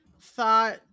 thought